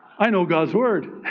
i know god's word.